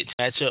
matchup